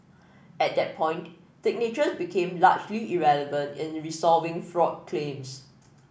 at that point signatures became largely irrelevant in resolving fraud claims